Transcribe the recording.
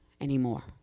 anymore